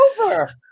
over